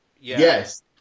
Yes